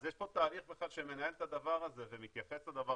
אז יש פה תהליך שמנהל את הדבר הזה ומתייחס לדבר